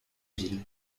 ville